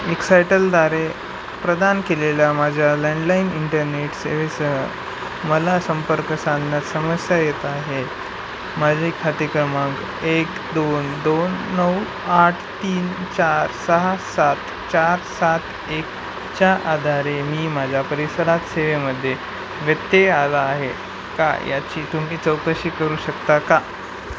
एक्सायटलद्वारे प्रदान केलेल्या माझ्या लँडलाईन इंटरनेट सेवेसह मला संपर्क साधण्यात समस्या येत आहेत माझे खाते क्रमांक एक दोन दोन नऊ आठ तीन चार सहा सात चार सात एकच्या आधारे मी माझ्या परिसरात सेवेमध्ये व्यत्यय आला आहे का याची तुम्ही चौकशी करू शकता का